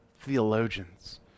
theologians